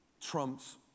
trumps